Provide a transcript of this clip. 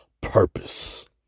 purpose